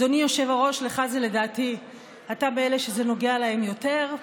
אדוני היושב-ראש, אתה מאלה שזה נוגע להם יותר,